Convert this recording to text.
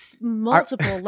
multiple